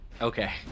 Okay